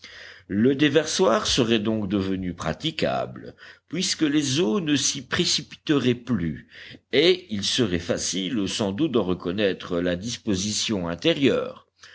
le déversoir serait donc devenu praticable puisque les eaux ne s'y précipiteraient plus et il serait facile sans doute d'en reconnaître la disposition intérieure